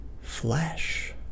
flesh